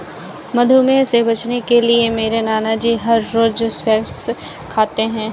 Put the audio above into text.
मधुमेह से बचने के लिए मेरे नानाजी हर रोज स्क्वैश खाते हैं